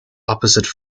opposite